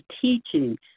teaching